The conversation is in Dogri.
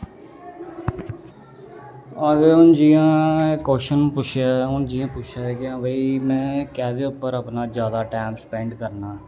हां ते हून जियां एह् कव्शन पुच्छे दा जियां पुच्छे दा कि हां भाई में कैह्दे उप्पर अपना जादा टैम स्पैंड करना